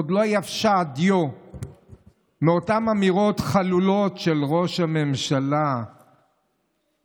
עוד לא יבשה הדיו מאותן אמירות חלולות של ראש הממשלה בנט,